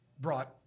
brought